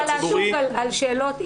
אני לא יכולה להשיב על שאלות.